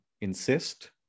insist